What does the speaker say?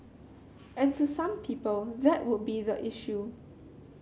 and to some people that would be the issue